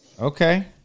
Okay